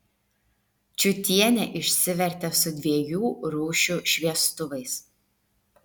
čiutienė išsivertė su dviejų rūšių šviestuvais